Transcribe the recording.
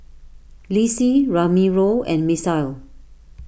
Lissie Ramiro and Misael